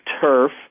turf